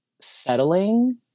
settling